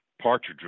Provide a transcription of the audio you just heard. partridge